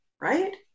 Right